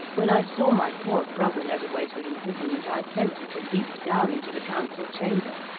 when i saw my poor brother led away to imprisonment, i attempted to leap down into the council chamber,